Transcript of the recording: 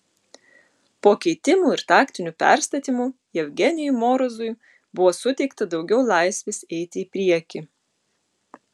po keitimų ir taktinių perstatymų jevgenijui morozui buvo suteikta daugiau laisvės eiti į priekį